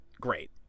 great